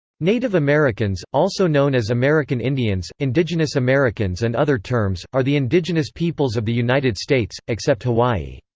native americans, also known as american indians, indigenous americans and other terms, are the indigenous peoples of the united states, except hawaii.